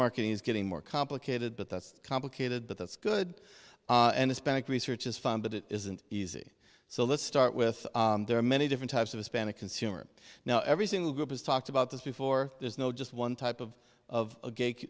marketing is getting more complicated but that's complicated but that's good and it's bank research is fun but it isn't easy so let's start with there are many different types of hispanic consumers now every single group has talked about this before there's no just one type of of